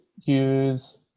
use